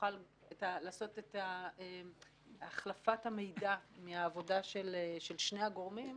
ונוכל לעשות את החלפת המידע מהעבודה של שני הגורמים,